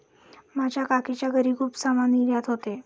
माझ्या काकीच्या घरी खूप सामान निर्यात होते